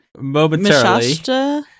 momentarily